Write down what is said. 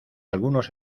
algunos